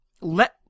let